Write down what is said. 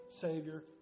Savior